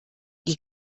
die